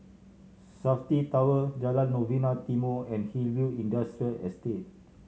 Safti Tower Jalan Novena Timor and Hillview Industrial Estate